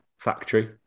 factory